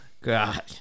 God